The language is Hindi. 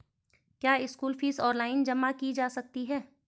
क्या स्कूल फीस ऑनलाइन जमा की जा सकती है?